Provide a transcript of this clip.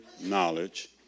knowledge